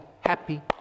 happy